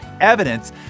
evidence